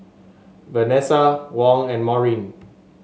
Venessa Wong and Maurine